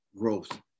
growth